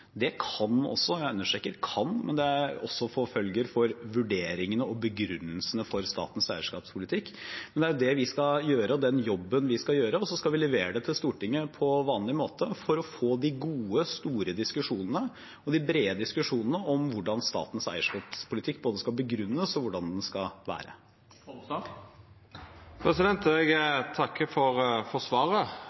Det kan også – jeg understreker kan – få følger for vurderingene og begrunnelsene for statens eierskapspolitikk. Men det er den jobben vi skal gjøre, og så skal vi levere det til Stortinget på vanlig måte for å få de gode, store og brede diskusjonene både om hvordan statens eierskapspolitikk skal begrunnes, og om hvordan den skal være. Eg takkar for svaret, og eg føler at dialogen glir bra. Men for